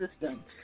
system